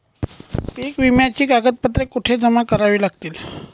पीक विम्याची कागदपत्रे कुठे जमा करावी लागतील?